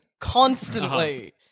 constantly